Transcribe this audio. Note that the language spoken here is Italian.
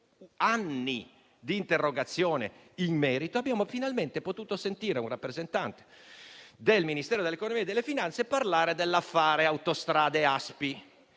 anni di interrogazioni in merito, abbiamo finalmente potuto sentire una rappresentante del Ministero dell'economia e delle finanze parlare dell'affare Autostrade Aspi,